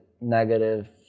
negative